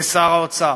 כשר האוצר.